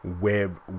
web